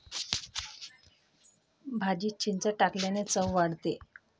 भाजीत चिंच टाकल्याने चव वाढते